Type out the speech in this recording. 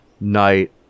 night